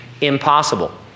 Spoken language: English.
impossible